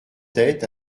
tête